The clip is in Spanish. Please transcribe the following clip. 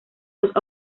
dos